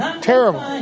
terrible